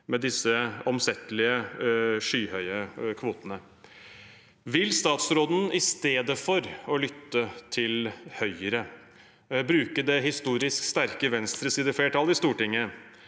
med disse omsettelige, skyhøye kvotene. Vil statsråden i stedet for å lytte til Høyre bruke det historisk sterke venstresideflertallet i Stortinget